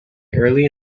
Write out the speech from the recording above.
early